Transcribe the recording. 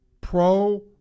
pro